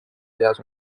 seas